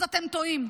אז אתם טועים.